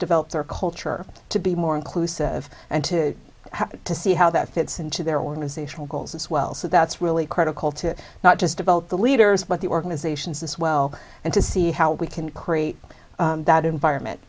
develop their culture to be more inclusive and to have to see how that fits into their organizational goals as well so that's really critical to not just develop the leaders but the organizations as well and to see how we can create that environment